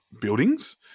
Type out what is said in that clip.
buildings